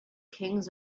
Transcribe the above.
kings